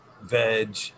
veg